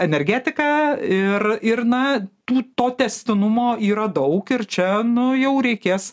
energetika ir ir na tų to tęstinumo yra daug ir čia nu jau reikės